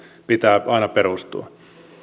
pitää aina perustua